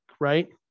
right